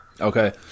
Okay